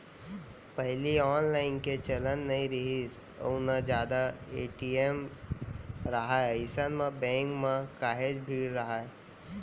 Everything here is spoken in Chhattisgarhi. पहिली ऑनलाईन के चलन नइ रिहिस अउ ना जादा ए.टी.एम राहय अइसन म बेंक म काहेच भीड़ राहय